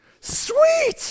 Sweet